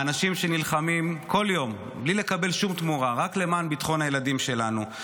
האנשים שנלחמים כל יום בלי לקבל שום תמורה רק למען ביטחון הילדים שלנו,